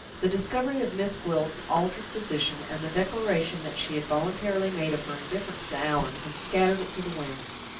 the discovery of miss gwilt's altered position, and the declaration that she had voluntarily made of her indifference to allan, had scattered it to the winds.